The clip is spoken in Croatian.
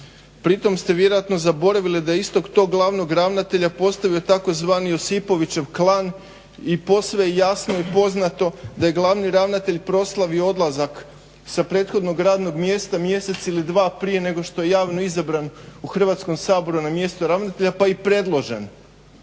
Pri tom ste vjerojatno zaboravili da istog tog glavnog ravnatelja postavio tzv. josipovićev klan i posve je jasno i poznato da je glavni ravnatelj proslavio odlazak sa prethodnog radnog mjesta mjesec ili dva prije nego što je javno izabran u Hrvatskom saboru na mjesto ravnatelja pa i predložen.